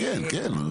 כן, כן.